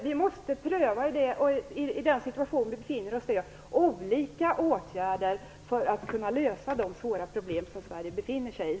Vi måste pröva olika åtgärder för att kunna lösa de svåra problem Sverige befinner sig i.